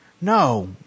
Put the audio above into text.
No